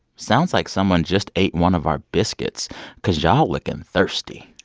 sounds like someone just ate one of our biscuits cause y'all lookin thirsty.